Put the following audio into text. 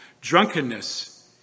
drunkenness